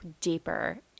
deeper